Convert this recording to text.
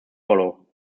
follow